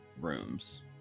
rooms